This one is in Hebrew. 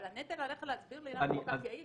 אבל הנטל עליך להסביר לי למה זה כל כך יעיל,